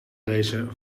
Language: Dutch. lezen